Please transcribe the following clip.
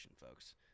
folks